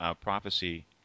prophecy